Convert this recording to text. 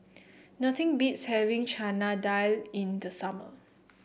nothing beats having Chana Dal in the summer